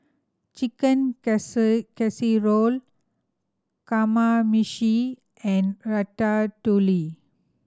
Chicken Casserole Kamameshi and Ratatouille